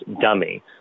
dummy